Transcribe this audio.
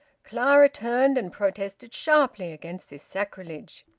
clara turned and protested sharply against this sacrilege,